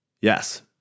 Yes